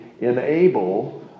enable